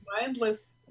mindless